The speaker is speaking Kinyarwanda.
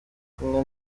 kumwe